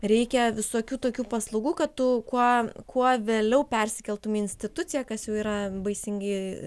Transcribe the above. reikia visokių tokių paslaugų kad tu kuo kuo vėliau persikeltumei į instituciją kas jau yra baisingi